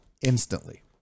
instantly